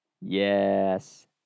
yes